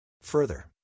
Further